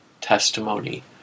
testimony